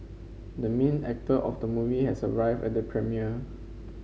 the main actor of the movie has arrived at the premiere